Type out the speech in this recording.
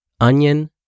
onion